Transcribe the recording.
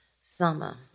summer